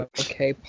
okay